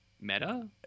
Meta